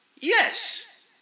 Yes